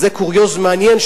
זה קוריוז מעניין,